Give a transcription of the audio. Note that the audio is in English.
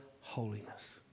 holiness